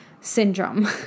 syndrome